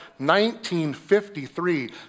1953